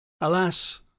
Alas